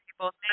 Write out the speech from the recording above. people